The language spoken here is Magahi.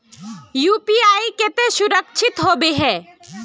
यु.पी.आई केते सुरक्षित होबे है?